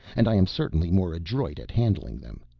and i am certainly more adroit at handling them.